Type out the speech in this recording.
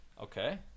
Okay